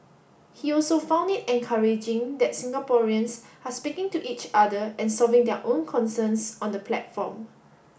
he also found it encouraging that Singaporeans are speaking to each other and solving their own concerns on the platform